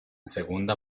segunda